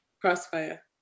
Crossfire